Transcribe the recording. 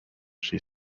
she